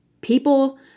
People